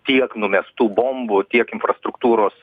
tiek numestų bombų tiek infrastruktūros